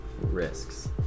risks